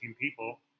people